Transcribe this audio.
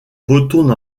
retourne